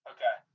Okay